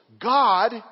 God